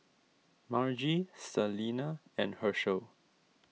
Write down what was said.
Margie Salina and Hershel